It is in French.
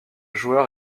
joueur